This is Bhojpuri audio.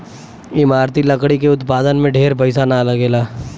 इमारती लकड़ी के उत्पादन में ढेर पईसा ना लगेला